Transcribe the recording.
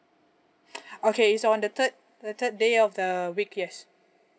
okay it's on the third the third day of the week yes